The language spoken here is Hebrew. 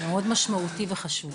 מאוד משמעותי וחשוב.